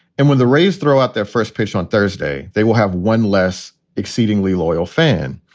and when the rays throw out their first pitch on thursday, they will have one less exceedingly loyal fan.